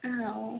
हाँ वह